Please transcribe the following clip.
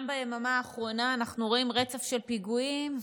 גם ביממה האחרונה אנחנו רואים רצף של פיגועים.